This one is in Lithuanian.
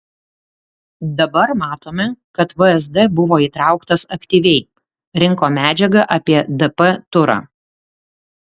dabar matome kad vsd buvo įtrauktas aktyviai rinko medžiagą apie dp turą